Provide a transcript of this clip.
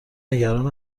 نگران